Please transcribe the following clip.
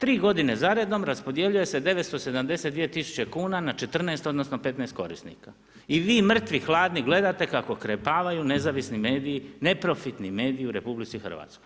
Tri godine za redom raspodjeljuje se 972 tisuće kuna na 14, odnosno 15 korisnika i vi mrtvi-hladni gledate kako krepavaju nezavisni mediji, neprofitni mediji u RH.